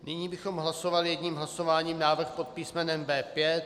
Nyní bychom hlasovali jedním hlasováním návrh pod písmenem B5.